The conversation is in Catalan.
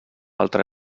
altre